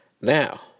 Now